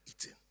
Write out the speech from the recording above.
eating